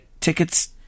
tickets